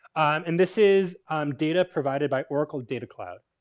and this is data provided by oracle data cloud.